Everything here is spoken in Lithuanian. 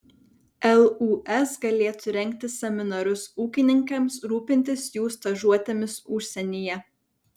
lūs galėtų rengti seminarus ūkininkams rūpintis jų stažuotėmis užsienyje